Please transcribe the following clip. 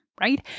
right